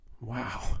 Wow